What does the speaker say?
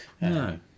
No